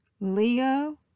Leo